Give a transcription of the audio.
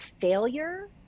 failure